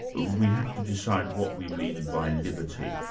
we have to decide what we mean by liberty.